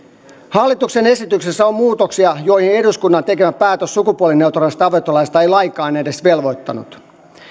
hallituksen esityksessä on muutoksia joihin eduskunnan tekemä päätös sukupuolineutraalista avioliittolaista ei lainkaan edes velvoittanut